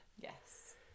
Yes